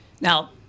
Now